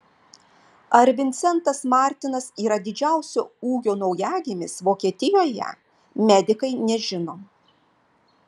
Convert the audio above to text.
ar vincentas martinas yra didžiausio ūgio naujagimis vokietijoje medikai nežino